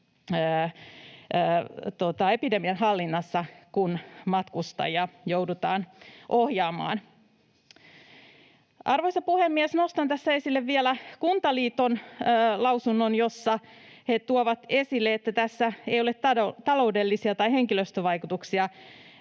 koronaepidemian hallinnassa, kun matkustajia joudutaan ohjaamaan. Arvoisa puhemies! Nostan tässä esille vielä Kuntaliiton lausunnon, jossa he tuovat esille, että tässä ei ole taloudellisia tai henkilöstövaikutuksia